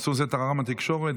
עשו מזה טררם בתקשורת,